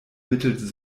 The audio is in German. mittels